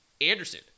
Anderson